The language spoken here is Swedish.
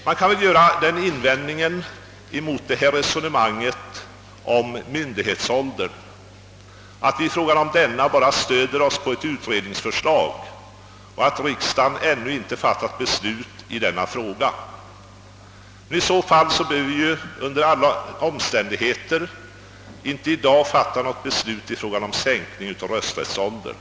Man kan visserligen mot detta resonemang om myndighetsåldern invända att vi i fråga om denna endast stöder oss på ett utredningsförslag och att riksdagen ännu inte fattat beslut i frågan. I så fall bör vi under alla omständigheter inte i dag fatta något beslut om sänkning av rösträttsåldern.